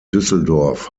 düsseldorf